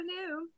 hello